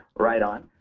right on.